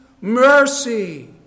Mercy